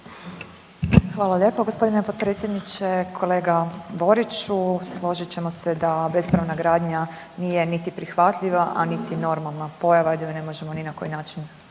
Hvala lijepa gospodine potpredsjedniče. Kolega Boriću, složit ćemo se da bespravna radnja nije niti prihvatljiva, a niti normalna pojava ovdje mi ne možemo ni na koji način